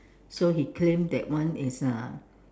so he claim that one is uh